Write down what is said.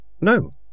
No